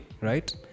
right